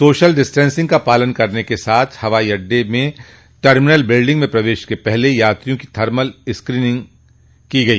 social distancing का पालन करने के साथ हवाई अड्डे में टर्मिनल बिल्डिंग में प्रवेश के पहले यात्रियों की थर्मल स्क्रीनिंग की गई